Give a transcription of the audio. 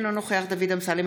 אינו נוכח דוד אמסלם,